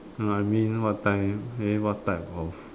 no lah I mean what time eh I mean what type of